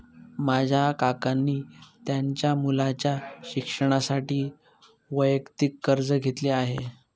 माझ्या काकांनी त्यांच्या मुलाच्या शिक्षणासाठी वैयक्तिक कर्ज घेतले आहे